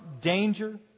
danger